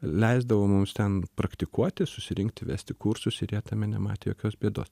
leisdavo mums ten praktikuotis susirinkti vesti kursus ir jie tame nematė jokios bėdos